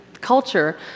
culture